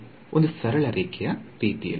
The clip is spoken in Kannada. ಒಂದು ಸರಳ ರೇಖೆ ಯಾ ರೀತಿಯಲ್ಲಿ